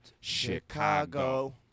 chicago